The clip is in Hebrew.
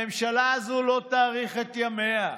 הממשלה הזו לא תאריך את ימיה.